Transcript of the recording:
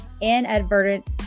inadvertent